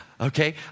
Okay